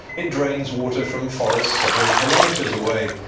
it drains water from forests several kilometres away,